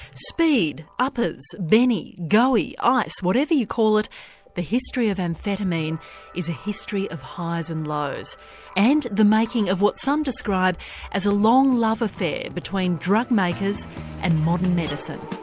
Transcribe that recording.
speed, uppers, bennie, go-ie, ice whatever you call it the history of amphetamine is a history of highs and lows and the making of what some describe as a long love affair between drug makers and modern medicine.